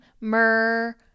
myrrh